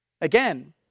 Again